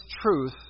truth